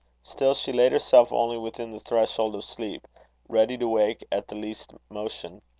still she laid herself only within the threshold of sleep ready to wake at the least motion.